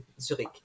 Zurich